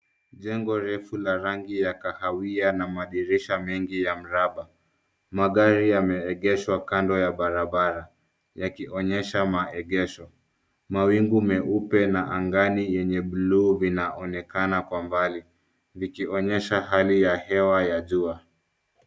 Jengo refu la rangi ya kahawia na madirisha mengi ya mraba. Magari yamegeshwa kando ya barabara yakionyesha maegesho. Mawingu meupe na angani yenye buluu linaonekana kwa mbali likionyesha hali ya hewa ya jua.